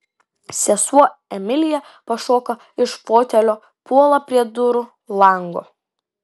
sesuo emilija pašoka iš fotelio puola prie durų lango